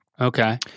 Okay